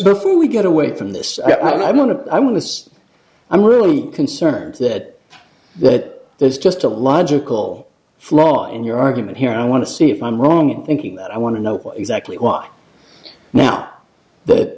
before we get away from this i'm going to i want this i'm really concerned that that there's just a logical flaw in your argument here i want to see if i'm wrong in thinking that i want to know exactly what now that